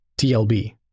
TLB